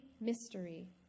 mystery